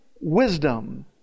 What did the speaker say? Wisdom